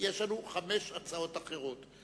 הצעות אחרות.